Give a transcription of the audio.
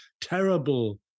terrible